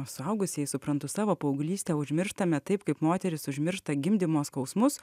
suaugusieji suprantu savo paauglystę užmirštame taip kaip moterys užmiršta gimdymo skausmus